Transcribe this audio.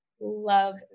love